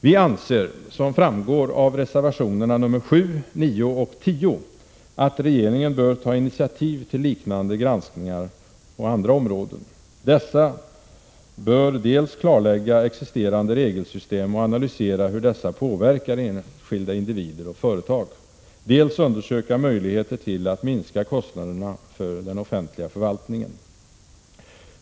Vi anser — som framgår av reservationerna 7, 9 och 10 — att regeringen bör 83 ta initiativ till liknande granskning på andra områden. Därvid bör man dels kartlägga existerande regelsystem och analysera hur dessa påverkar enskilda individer och företag, dels undersöka möjligheterna att minska kostnaderna för den offentliga förvaltningen.